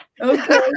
Okay